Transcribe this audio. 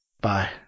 Bye